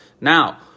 Now